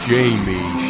Jamie